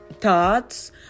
thoughts